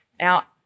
Now